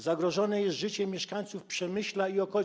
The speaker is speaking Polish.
Zagrożone jest życie mieszkańców Przemyśla i okolic.